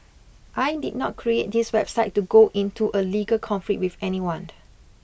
I did not create this website to go into a legal conflict with anyone